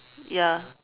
ya